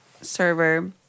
server